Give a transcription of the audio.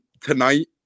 tonight